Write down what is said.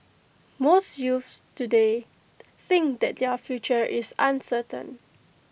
most youths today think that their future is uncertain